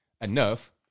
enough